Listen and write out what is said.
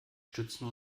stützen